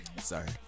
Sorry